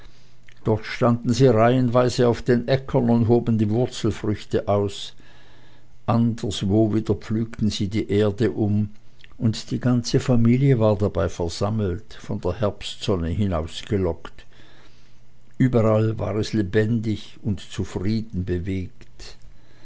dort standen sie reihenweise auf den äckern und hoben die wurzelfrüchte aus anderswo wieder pflügten sie die erde um und die ganze familie war dabei versammelt von der herbstsonne hinausgelockt überall war es lebendig und zufrieden bewegt